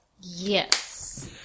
Yes